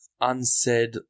unsaid